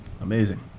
Amazing